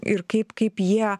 ir kaip kaip jie